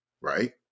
right